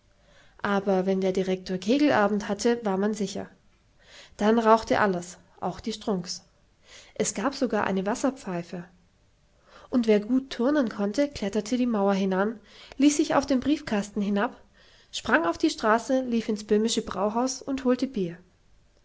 aber wenn der direktor kegelabend hatte war man sicher dann rauchte alles auch die strunks es gab sogar eine wasserpfeife und wer gut turnen konnte kletterte die mauer hinan ließ sich auf den briefrasten hinab sprang auf die straße lief ins böhmische brauhaus und holte bier